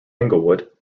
englewood